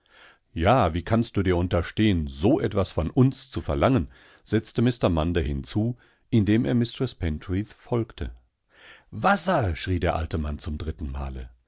ja wie kannst du dir unterstehen so etwas von uns zu verlangen setzte mr munderhinzu indemermistreßpentreathfolgte wasser schrie der alte mann zum dritten male